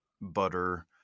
butter